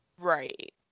Right